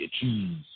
cheese